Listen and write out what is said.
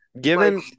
given